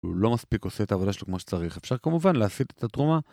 הוא לא מספיק עושה את העבודה שלו כמו שצריך, אפשר כמובן להסיט את התרומה